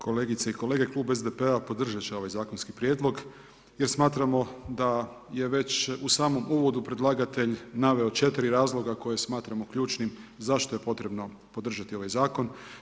Kolegice i kolege, Klub SDP-a podržat će ovaj zakonski prijedlog jer smatramo da je već u samom uvodu predlagatelj naveo 4 razloga koje smatramo ključnim zašto je potrebno podržati ovaj zakon.